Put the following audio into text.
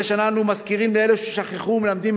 מדי שנה אנו מזכירים לאלה ששכחו ומלמדים